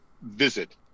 visit